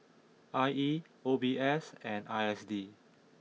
I E O B S and I S D